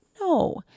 No